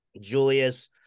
Julius